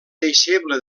deixeble